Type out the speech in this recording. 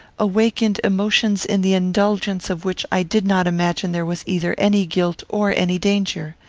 awakened emotions in the indulgence of which i did not imagine there was either any guilt or any danger.